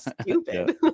stupid